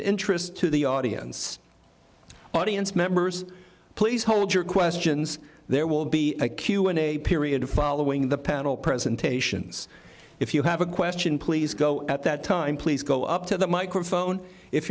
interest to the audience audience members please hold your questions there will be a q and a period following the panel presentations if you have a question please go at that time please go up to the microphone if